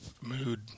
mood